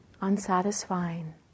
unsatisfying